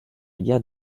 guerre